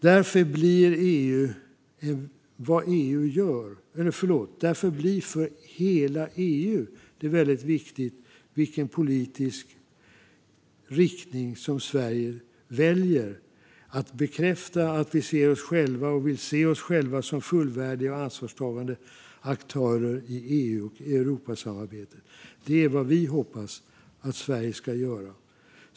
Därför blir det för hela EU väldigt viktigt vilken politisk riktning som Sverige väljer. Att bekräfta att man ser sig själv som en fullvärdig och ansvarstagande aktör i Europasamarbetet är vad vi hoppas att Sverige ska göra.